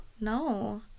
no